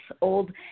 old